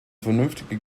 vernünftige